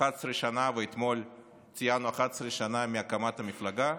11 שנה, ואתמול ציינו 11 שנה מהקמת המפלגה.